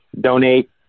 donate